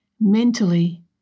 mentally